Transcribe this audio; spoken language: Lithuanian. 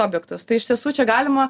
objektus tai iš tiesų čia galima